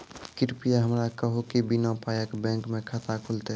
कृपया हमरा कहू कि बिना पायक बैंक मे खाता खुलतै?